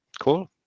cool